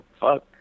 fuck